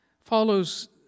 Follows